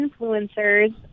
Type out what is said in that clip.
influencers